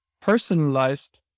personalized